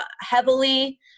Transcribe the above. heavily